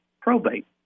probate